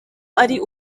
ari